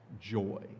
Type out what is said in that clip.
joy